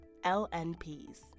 LNPs